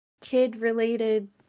kid-related